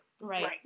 right